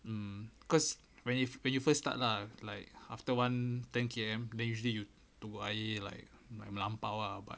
mm cause when you when you first start lah like after one ten K_M and then usually you togok air like melampau ah but